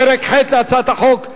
פרק ח' להצעת החוק,